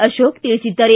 ಅಶೋಕ್ ತಿಳಿಸಿದ್ದಾರೆ